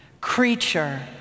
creature